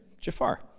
Jafar